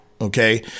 Okay